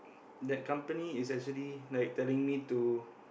that company is actually like telling me to